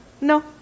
No